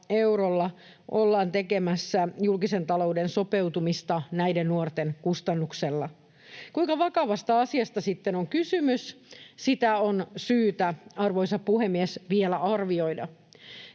ollaan tekemässä julkisen talouden sopeutumista näiden nuorten kustannuksella. Kuinka vakavasta asiasta sitten on kysymys, sitä on syytä, arvoisa puhemies, vielä arvioida.